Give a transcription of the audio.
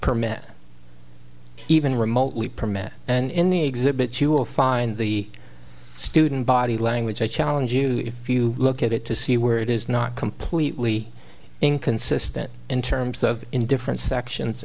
permit even remotely permit and in the exhibit you will find the student body language i challenge you if you look at it to see where it is not completely inconsistent in terms of in different sections